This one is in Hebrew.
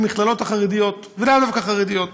במכללות החרדיות והלאו-דווקא חרדיות.